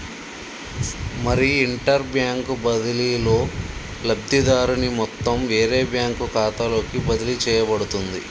మరి inter bank బదిలీలో లబ్ధిదారుని మొత్తం వేరే బ్యాంకు ఖాతాలోకి బదిలీ చేయబడుతుంది